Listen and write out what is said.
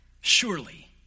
surely